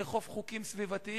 לאכוף חוקים סביבתיים